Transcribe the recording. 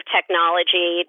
technology